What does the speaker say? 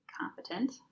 competent